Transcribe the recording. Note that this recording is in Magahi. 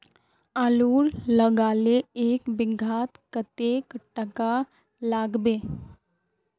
आलूर लगाले एक बिघात कतेक टका लागबे?